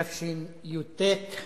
התשי"ט 1959: